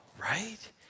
right